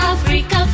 Africa